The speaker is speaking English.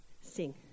sing